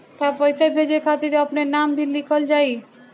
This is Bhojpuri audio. का पैसा भेजे खातिर अपने नाम भी लिकल जाइ?